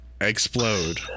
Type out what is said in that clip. explode